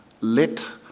let